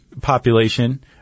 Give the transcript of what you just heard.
population